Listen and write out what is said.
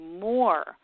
more